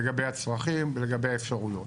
לגבי הצרכים ולגבי האפשרויות.